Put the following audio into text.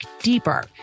deeper